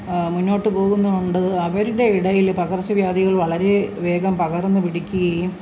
മുന്നോട്ടു പോകുന്നും ഉണ്ട് അവരുടെ ഇടയിൽ പകർച്ചവ്യാധികൾ വളരെ വേഗം പകർന്നു പിടിക്കുകയും